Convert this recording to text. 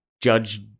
judge